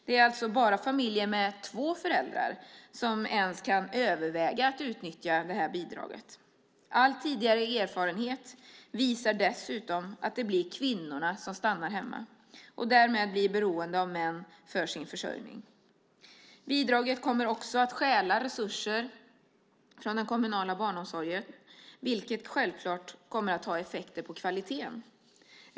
Det är alltså bara familjer med två föräldrar som ens kan överväga att utnyttja det här bidraget. All tidigare erfarenhet visar dessutom att det blir kvinnorna som stannar hemma och därmed blir beroende av män för sin försörjning. Bidraget kommer också att stjäla resurser från den kommunala barnomsorgen, vilket självklart kommer att ha effekter på kvaliteten.